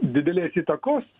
didelės įtakos